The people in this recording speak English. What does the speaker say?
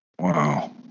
Wow